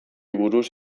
buruz